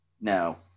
no